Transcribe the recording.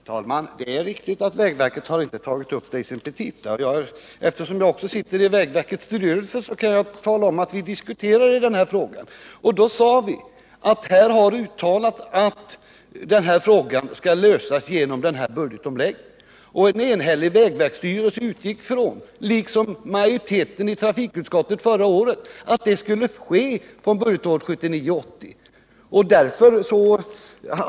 Herr talman! Det är riktigt att vägverket inte tagit upp det i sina petita. Eftersom jag också sitter i vägverkets styrelse kan jag tala om att vi diskuterade den här frågan. Då sade vi att det har uttalats att frågan skall lösas genom den nämnda budgetomläggningen. En enhällig vägverksstyrelse utgick från — liksom majoriteten i trafikutskottet förra riksmötet — att den omläggningen skulle ske från budgetåret 1979/80.